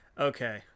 okay